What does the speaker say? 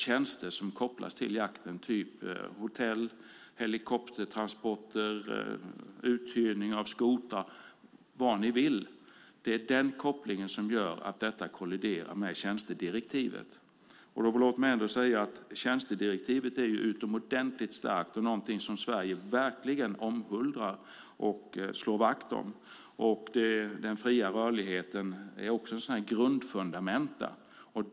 Tjänster som kopplas till jakten - hotell, helikoptertransporter, uthyrning av skotrar och så vidare - gör att det kolliderar med tjänstedirektivet som ändå är utomordentligt starkt och någonting som Sverige verkligen omhuldar och slår vakt om. Den fria rörligheten är också ett grundfundament.